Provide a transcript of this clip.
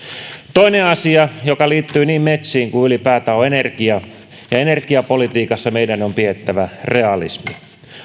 toinen asia joka liittyy niin metsiin kuin ylipäätään on energia energiapolitiikassa meidän on pidettävä realismi